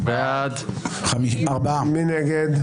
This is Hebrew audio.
מי נגד?